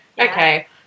Okay